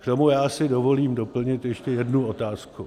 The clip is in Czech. K tomu já si dovolím doplnit ještě jednu otázku.